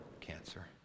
cancer